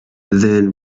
then